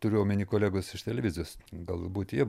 turiu omeny kolegos iš televizijos galbūt jie